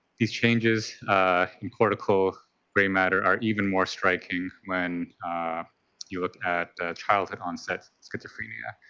these changes in cortical brain matter are even more striking when you look at childhood-onset schizophrenia,